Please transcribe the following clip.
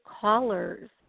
callers